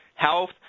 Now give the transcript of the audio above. health